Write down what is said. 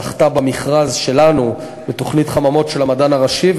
זכתה במכרז שלנו לתוכנית חממות של המדען הראשי,